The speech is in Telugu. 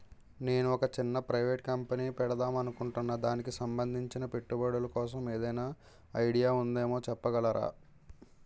నేను ఒక చిన్న ప్రైవేట్ కంపెనీ పెడదాం అనుకుంటున్నా దానికి సంబందించిన పెట్టుబడులు కోసం ఏదైనా ఐడియా ఉందేమో చెప్పగలరా?